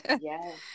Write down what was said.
Yes